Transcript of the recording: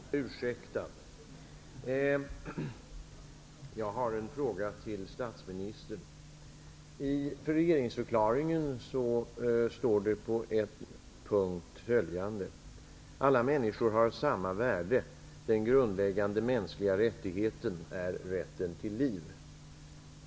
Fru talman! Jag har en fråga till statsministern. I regeringsförklaringen står följande: Alla människor har samma värde. Den grundläggande mänskliga rättigheten är rätten till liv.